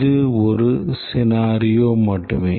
இது ஒரு scenario மட்டுமே